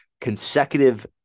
consecutive